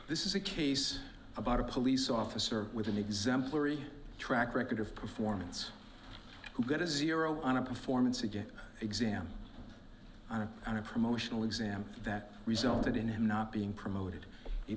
this is a case about a police officer with an exemplary track record of performance who got a zero on a performance again exam on a promotional exam that resulted in him not being promoted